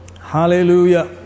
Hallelujah